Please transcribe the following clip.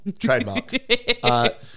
trademark